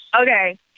Okay